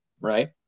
right